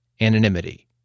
anonymity